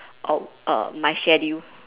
oh err my schedule